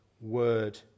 Word